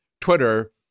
Twitter